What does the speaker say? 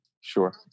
Sure